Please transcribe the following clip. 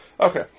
Okay